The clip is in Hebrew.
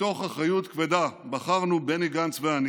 מתוך אחריות כבדה בחרנו בני גנץ ואני